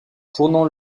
tournant